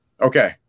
Okay